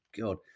God